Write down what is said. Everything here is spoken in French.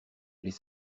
les